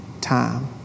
time